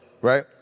right